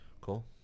Cool